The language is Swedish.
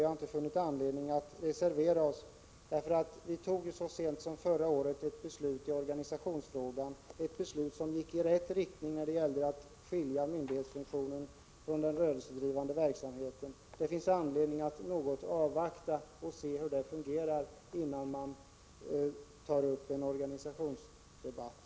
Vi har inte funnit anledning att reservera oss, för det fattades ju så sent som förra året ett beslut i organisationsfrågan — ett beslut som gick i rätt riktning då det gällde att skilja myndighetsfunktionen från den rörelsedrivande verksamheten. Det finns anledning att avvakta något och se hur detta fungerar, innan man på nytt tar upp en organisationsdebatt.